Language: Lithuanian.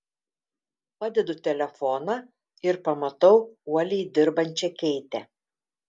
padedu telefoną ir pamatau uoliai dirbančią keitę